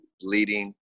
bleeding